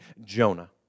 Jonah